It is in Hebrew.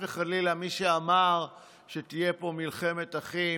מי שאמר שתהיה פה מלחמת אחים,